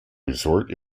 resort